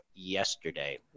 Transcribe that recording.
yesterday